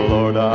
Lord